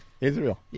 Israel